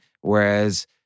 Whereas